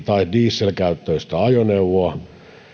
tai dieselkäyttöistä ajoneuvoa